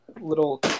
little